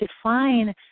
define